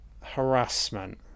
harassment